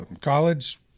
college